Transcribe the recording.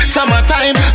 Summertime